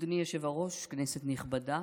אדוני היושב-ראש, כנסת נכבדה,